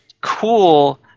cool